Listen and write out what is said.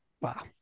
Wow